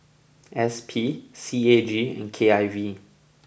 S P C A G and K I V